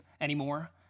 anymore